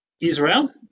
Israel